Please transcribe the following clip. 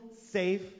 safe